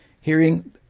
Hearing